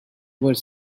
were